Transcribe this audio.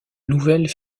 nouvelle